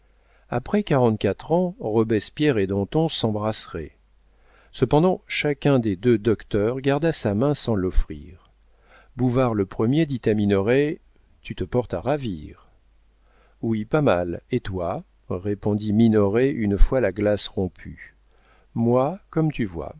après quarante-quatre ans robespierre et danton s'embrasseraient cependant chacun des deux docteurs garda sa main sans l'offrir bouvard le premier dit à minoret tu te portes à ravir oui pas mal et toi répondit minoret une fois la glace rompue moi comme tu vois